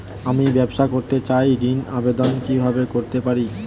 আমি ব্যবসা করতে চাই ঋণের আবেদন কিভাবে করতে পারি?